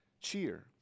cheer